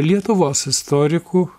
lietuvos istoriku